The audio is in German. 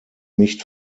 nicht